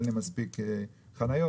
אין לי מספיק מקומות חניה,